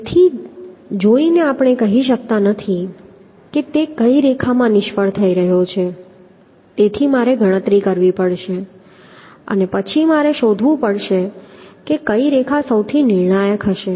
તેથી જોઈને આપણે કહી શકતા નથી કે તે કઈ રેખામાં નિષ્ફળ થઈ રહ્યો છે તેથી મારે ગણતરી કરવી પડશે અને પછી મારે શોધવું પડશે કે કઈ રેખા સૌથી વધુ નિર્ણાયક હશે